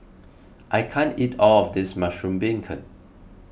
I can't eat all of this Mushroom Beancurd